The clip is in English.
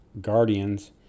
Guardians